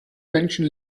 menschen